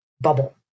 bubble